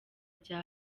bya